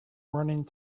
running